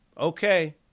Okay